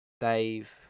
Dave